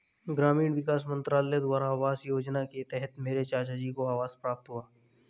ग्रामीण विकास मंत्रालय द्वारा आवास योजना के तहत मेरे चाचाजी को आवास प्राप्त हुआ